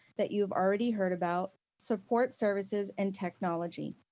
that you've already heard about support services and technology.